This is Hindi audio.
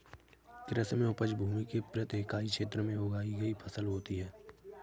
कृषि में उपज भूमि के प्रति इकाई क्षेत्र में उगाई गई फसल होती है